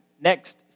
next